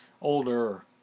Older